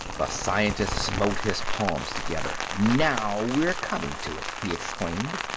the scientist smote his palms together. now we're coming to it! he exclaimed.